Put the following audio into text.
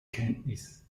kenntnis